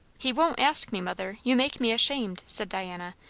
he won't ask me, mother. you make me ashamed! said diana,